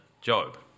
Job